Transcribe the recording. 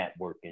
networking